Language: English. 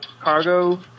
cargo